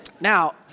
Now